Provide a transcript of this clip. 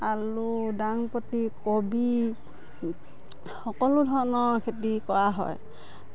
আলু ডাংবডি কবি সকলো ধৰণৰ খেতি কৰা হয়